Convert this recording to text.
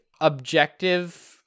objective